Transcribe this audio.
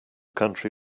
country